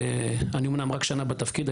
אני אומנם רק שנה בתפקיד,